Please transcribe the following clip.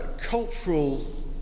cultural